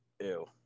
Ew